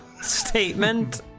statement